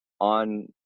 on